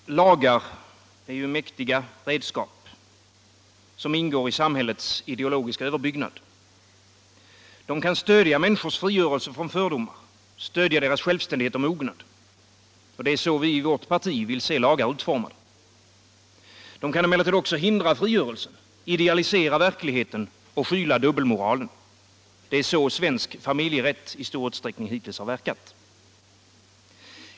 Herr talman! Lagar är mäktiga redskap, som ingår i samhällets ideologiska överbyggnad. De kan stödja människors frigörelse från fördomar, stödja deras självständighet och mognad. Det är så vi i vårt parti vill se lagar utformade. De kan emellertid också hindra frigörelsen, idealisera verkligheten och skyla dubbelmoralen. Det är så svensk familjerätt i stor utsträckning hittills har verkat.